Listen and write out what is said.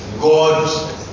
God